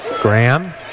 Graham